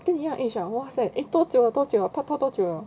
不一样 age eh !wahseh! eh 多久了多久了拍拖多久 liao